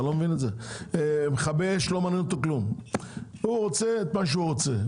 את מכבי האש לא מעניין כלום; הם רוצים את מה שהם רוצים.